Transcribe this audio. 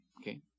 Okay